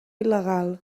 il·legal